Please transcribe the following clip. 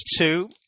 two